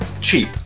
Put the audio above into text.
cheap